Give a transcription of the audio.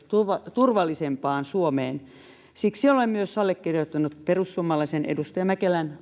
turvallisempaan suomeen siksi olen myös allekirjoittanut perussuomalaisen edustaja mäkelän